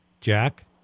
Jack